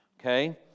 okay